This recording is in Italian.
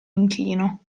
inchino